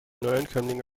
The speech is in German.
neuankömmlingen